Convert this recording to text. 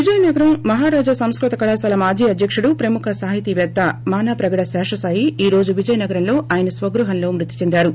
విజయనగరం మహారాజ సంస్కత కళాశాల మాజీ అధ్యకుడు ప్రముఖ సాహితీ వేత్త మానాప్రగడ శేషసాయి ఈరోజు విజయనగరంలో ఆయన స్వగృహంలో మృతి చెందారు